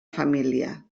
família